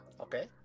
Okay